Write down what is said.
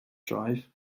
drive